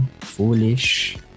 foolish